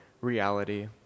reality